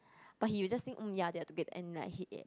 but he will just think mm ya they're together and like